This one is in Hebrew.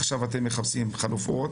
עכשיו אתם מחפשים חלופות.